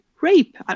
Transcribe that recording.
rape